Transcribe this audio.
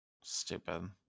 stupid